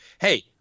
hey